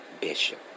Bishop